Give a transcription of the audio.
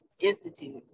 Institute